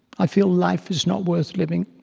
i feel life is not worth living.